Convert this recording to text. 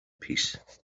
peace